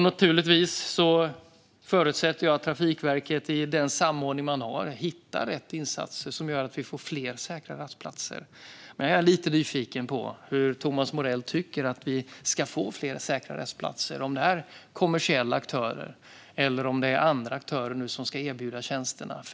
Naturligtvis förutsätter jag att Trafikverket i den samordning man har hittar rätt insatser så att vi får fler säkra rastplatser. Jag är lite nyfiken på hur Thomas Morell tycker att vi ska få fler säkra rastplatser. Är det kommersiella aktörer eller andra aktörer som ska erbjuda tjänsterna?